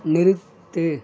நிறுத்து